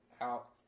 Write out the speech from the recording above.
out